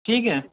ٹھیک ہے